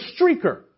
streaker